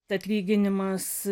tad lyginimas